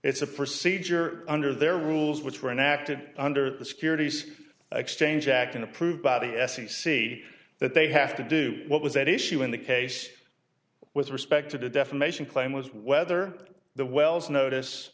it's a procedure under their rules which were enacted under the securities exchange act and approved by the f c c that they have to do what was at issue in the case with respect to the defamation claim was whether the wells notice